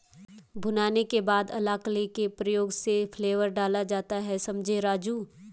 भुनाने के बाद अलाकली के प्रयोग से फ्लेवर डाला जाता हैं समझें राजु